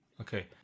Okay